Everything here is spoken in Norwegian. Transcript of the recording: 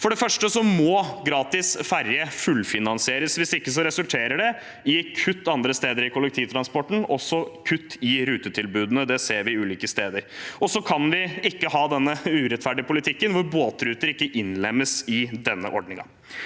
For det første må gratis ferje fullfinansieres. Hvis ikke resulterer det i kutt andre steder i kollektivtransporten, også kutt i rutetilbudet. Det ser vi ulike steder. Vi kan heller ikke ha denne urettferdige politikken hvor båtruter ikke innlemmes i denne ordningen.